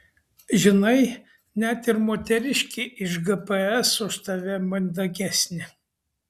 žinai net ir moteriškė iš gps už tave mandagesnė